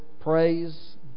praise